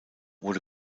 wurde